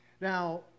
Now